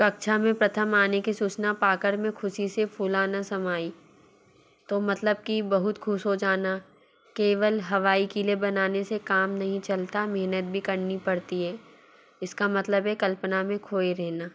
कक्षा में प्रथम आने की सूचना पा कर मैं ख़ुशी से फूली ना समाई तो मतलब कि बहुत ख़ुश हो जाना केवल हवाई क़िले बनाने से काम नहीं चलता मेहनत भी करनी पड़ती है इसका मतलब है कल्पना में खोए रहना